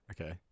Okay